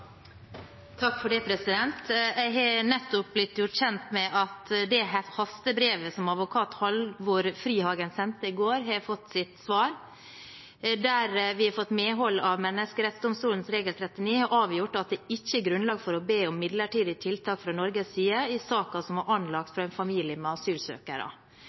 Jeg har nettopp blitt gjort kjent med at det hastebrevet som advokat Halvor Frihagen sendte i går, har fått sitt svar, der vi har fått medhold av menneskerettsdomstolen, regel 39, og avgjort at det ikke er grunnlag for å be om midlertidig tiltak fra Norges side i saken som er anlagt fra en familie med asylsøkere.